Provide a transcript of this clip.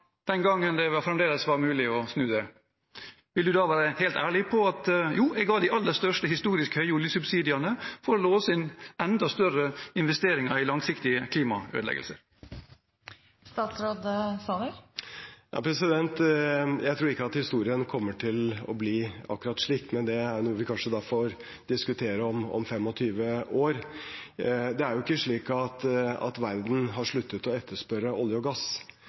den gangen det fremdeles var mulig å snu det? Vil han da være helt ærlig og si at jo, jeg ga de aller største, historisk høye, oljesubsidiene for å låse inn enda større investeringer i langsiktige klimaødeleggelser? Jeg tror ikke at historien kommer til å bli akkurat slik, men det er noe vi kanskje får diskutere om 25 år. Det er jo ikke slik at verden har sluttet å etterspørre olje og gass,